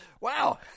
Wow